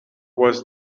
was